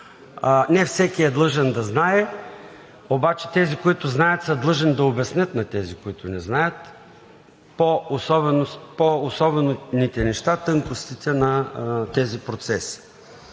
Не всеки е длъжен да знае, обаче тези, които знаят, са длъжни да обяснят на тези, които не знаят, по-особените неща, тънкостите на тези процеси.